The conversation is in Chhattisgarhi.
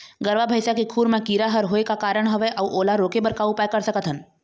गरवा भैंसा के खुर मा कीरा हर होय का कारण हवए अऊ ओला रोके बर का उपाय कर सकथन?